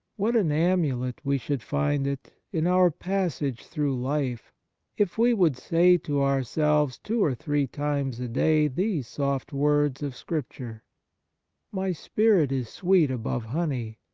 what an amulet we should find it in our passage through life if we would say to ourselves two or three times a day these soft words of scripture my spirit is sweet above honey,